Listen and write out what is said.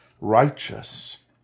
righteous